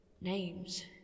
names